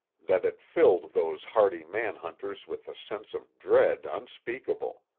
that it filled those hardy man-hunters with a sense of dread unspeakable!